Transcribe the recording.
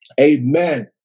Amen